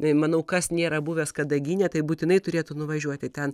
bei manau kas nėra buvęs kadagyne taip būtinai turėtų nuvažiuoti ten